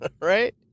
Right